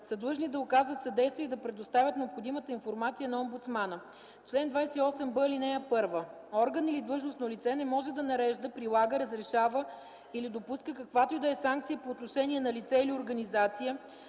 длъжни да оказват съдействие и да предоставят необходимата информация на омбудсмана. Чл. 28б. (1) Орган или длъжностно лице не може да нарежда, прилага, разрешава или допуска каквато и да е санкция по отношение на лице или организация,